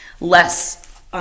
less